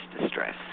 distress